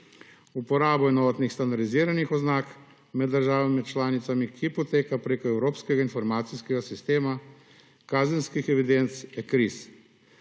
Uporaba enotnih standardiziranih oznak med državami članicami, ki poteka preko Evropskega informacijskega sistema kazenskih evidenc, ECRIS.